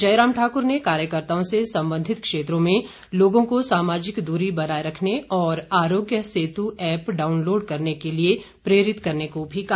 जयराम ठाक्र ने कार्यकर्ताओं से संबंधित क्षेत्रों में लोगों को सामाजिक दूरी बनाए रखने और आरोग्य सेतु एप डाउनलोड करने के लिए प्रेरित करने को भी कहा